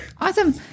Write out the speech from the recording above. Awesome